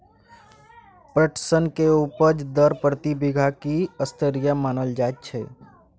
पटसन के उपज दर प्रति बीघा की स्तरीय मानल जायत छै?